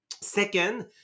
second